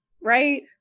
right